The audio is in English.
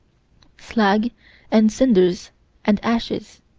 slag and cinders and ashes,